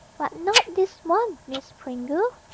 but not this one, miss pringle.